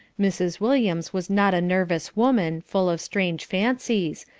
mrs. williams was not a nervous woman, full of strange fancies,